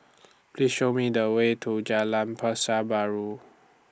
Please Show Me The Way to Jalan Pasar Baru